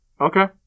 Okay